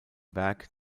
werk